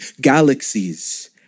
galaxies